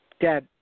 Dad